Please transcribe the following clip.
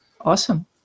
Awesome